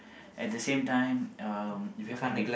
at the same time um you have to be